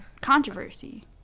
controversy